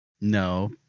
No